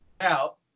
out